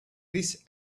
this